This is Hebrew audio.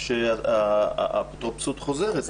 שההאפוטרופסות חוזרת.